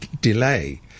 delay